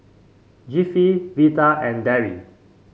Jeffie Vidal and Darry